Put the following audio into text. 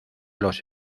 los